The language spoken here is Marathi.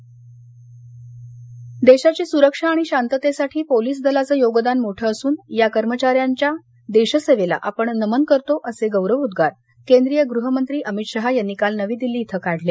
अमित शहा देशाची सुरक्षा आणि शांततेसाठी पोलीस दलाचं योगदान मोठं असुन या कर्मचाऱ्यांच्या देश सेवेला आपण नमन करतो असं गौरवोद्रार गुहमंत्री अमित शहा यांनी काल नवी दिल्ली इथं काढले